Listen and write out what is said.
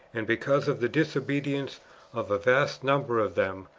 and because of the disobedience of a vast number of them,